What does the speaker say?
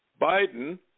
Biden